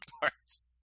parts